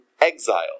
exile